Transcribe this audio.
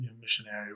missionary